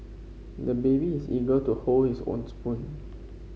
the baby is eager to hold his own spoon